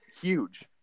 Huge